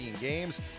games